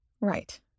Right